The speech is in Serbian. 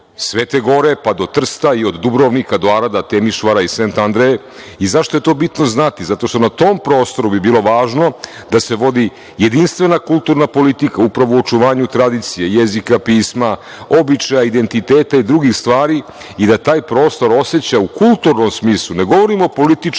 Svete Gore pa do Trsta i od Dubrovnika do Arada, Temišvara i Sent Andreje. Zašto je to bitno znati? Zato što na tom prostoru bi bilo važno da se vodi jedinstvena kulturna politika, upravo u očuvanju tradicije jezika, pisma, običaja, identiteta i drugih stvari i da taj prostor oseća u kulturnom smislu, ne govorim o političkom